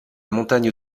montagne